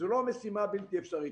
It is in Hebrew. זו לא משימה בלתי אפשרית.